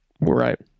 Right